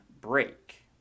break